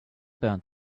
burned